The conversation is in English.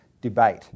debate